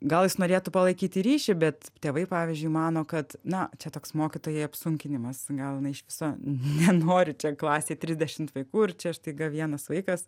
gal jis norėtų palaikyti ryšį bet tėvai pavyzdžiui mano kad na čia toks mokytojai apsunkinimas gali jinai iš viso nenori čia klasėj trisdešimt vaikų ir čia staiga vienas vaikas